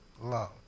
love